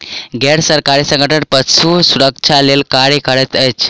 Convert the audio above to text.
गैर सरकारी संगठन पशु सुरक्षा लेल कार्य करैत अछि